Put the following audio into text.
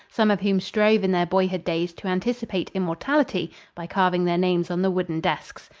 some of whom strove in their boyhood days to anticipate immortality by carving their names on the wooden desks.